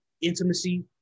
intimacy